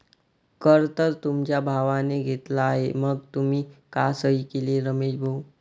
कर तर तुमच्या भावाने घेतला आहे मग तुम्ही का सही केली रमेश भाऊ?